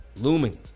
Looming